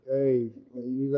Hey